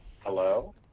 Hello